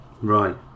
Right